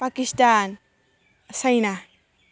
Pakistan China